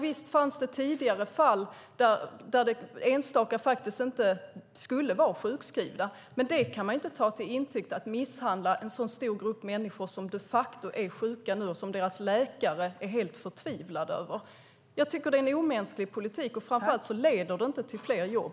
Visst fanns det fall tidigare där enstaka människor inte skulle vara sjukskrivna, men det kan man inte ta till intäkt för att misshandla en så stor grupp människor som de facto är sjuka nu. Deras läkare är helt förtvivlade över detta. Jag tycker att det är en omänsklig politik, och framför allt leder den inte till fler jobb.